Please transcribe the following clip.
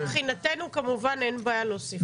מבחינתנו כמובן אין בעיה להוסיף את זה.